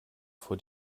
vor